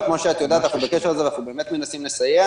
אבל כמו שאת יודעת אנחנו בקשר עם זה ואנחנו מנסים באמת לסייע.